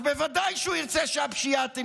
אז בוודאי שהוא ירצה שהפשיעה תימשך.